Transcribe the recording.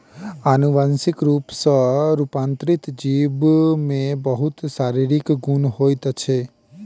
अनुवांशिक रूप सॅ रूपांतरित जीव में बहुत शारीरिक गुण होइत छै